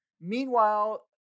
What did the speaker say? Meanwhile